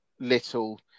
little